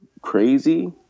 crazy